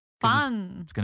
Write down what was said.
Fun